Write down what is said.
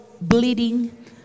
Bleeding